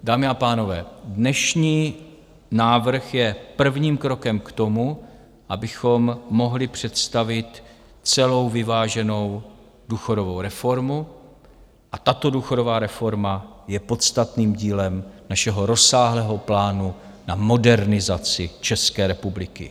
Dámy a pánové, dnešní návrh je prvním krokem k tomu, abychom mohli představit celou vyváženou důchodovou reformu, a tato důchodová reforma je podstatným dílem našeho rozsáhlého plánu na modernizaci České republiky.